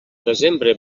desembre